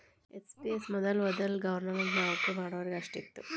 NPS ಮೊದಲ ವೊದಲ government ನೌಕರಿ ಮಾಡೋರಿಗೆ ಅಷ್ಟ ಇತ್ತು